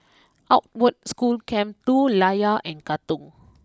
Outward School Camp two Layar and Katong